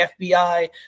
FBI